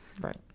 Right